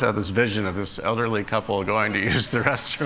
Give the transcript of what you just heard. ah this vision of this elderly couple going to use the restroom.